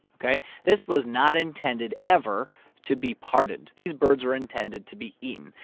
ok, this was not intended ever to be pardoned these birds are intended to be eaten.